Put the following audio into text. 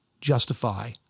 justify